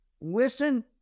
Listen